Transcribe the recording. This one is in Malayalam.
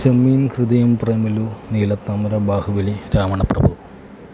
ചെമ്മീൻ ഹൃദയം പ്രേമലു നീലത്താമര ബാഹുബലി രാവണപ്രഭു